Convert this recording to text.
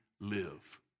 live